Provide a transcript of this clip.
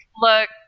Look